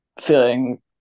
feeling